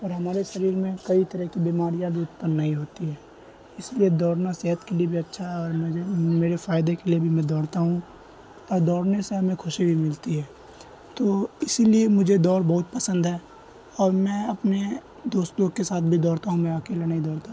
اور ہمارے شریر میں کئی طرح کی بیماریاں بھی اتپن نہیں ہوتی ہے اس لیے دوڑنا صحت کے لیے بھی اچھا ہے اور میرے فائدے کے لیے بھی میں دوڑتا ہوں اور دوڑنے سے ہمیں خوشی بھی ملتی ہے تو اسی لیے مجھے دوڑ بہت پسند ہے اور میں اپنے دوستوں کے ساتھ بھی دوڑتا ہوں میں اکیلے نہیں دوڑتا